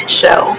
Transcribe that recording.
show